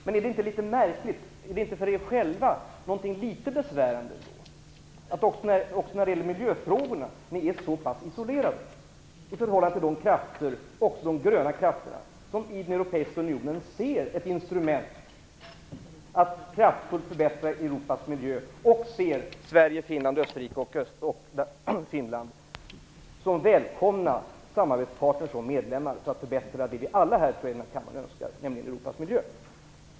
Men är det inte litet märkligt och för er själva i Miljöpartiet de gröna litet besvärande att ni också när det gäller miljöfrågorna är så pass isolerade i förhållande till de krafter - också gröna krafter - som ser den europeiska unionen som ett instrument för att kraftfullt förbättra Europas miljö? Dessa krafter ser också Sverige, Finland, Norge och Österrike som välkomna samarbetspartner och medlemmar, detta för att förbättra det som vi alla här i kammaren önskar förbättra, nämligen Europas miljö.